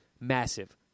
massive